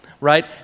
right